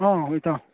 ꯑꯣ ꯏꯇꯥꯎ